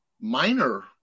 minor